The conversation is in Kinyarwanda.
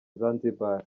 zanzibar